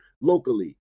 locally